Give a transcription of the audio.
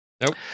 Nope